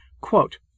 Quote